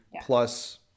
plus